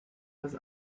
das